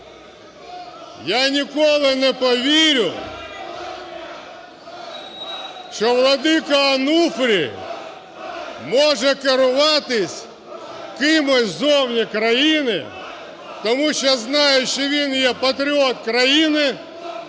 Я ніколи не повірю, що владика Онуфрій може керуватись кимось ззовні країни, тому що знаю, що він є патріот країни